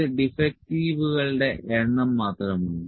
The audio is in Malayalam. ഇത് ഡിഫെക്ടുകളുടെ എണ്ണം മാത്രമാണ്